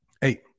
Hey